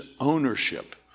ownership